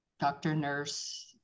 doctor-nurse